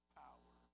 power